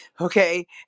okay